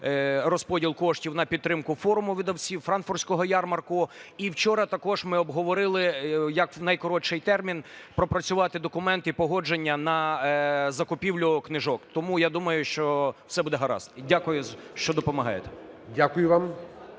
розподіл коштів на підтримку форуму Франкфуртського ярмарку. І вчора також ми обговорили, як в найкоротший термін пропрацювати документ і погодження на закупівлю книжок. Тому, я думаю, що все буде гаразд. І дякую, що допомагаєте. ГОЛОВУЮЧИЙ.